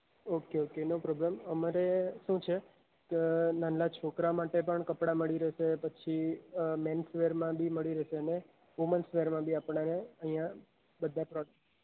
okay okay no problem અમારે શું છે નાના છોકરા માટે પણ કપડાં મળી રેહશે પછી મેન્સવેરમાં બી મળી રેહશે અને વુમન્સવેરમાં બી આપણે એને અહિયાં બધા